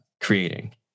creating